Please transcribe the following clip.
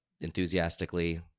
enthusiastically